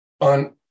on